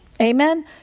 Amen